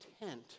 intent